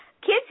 kids